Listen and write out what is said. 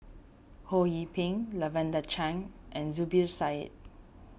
Ho Yee Ping Lavender Chang and Zubir Said